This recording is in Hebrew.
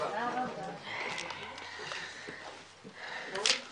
הישיבה ננעלה בשעה 11:10.